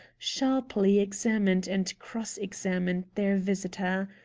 sharply examined and cross-examined their visitor.